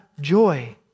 joy